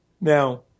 Now